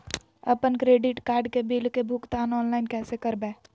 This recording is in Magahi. अपन क्रेडिट कार्ड के बिल के भुगतान ऑनलाइन कैसे करबैय?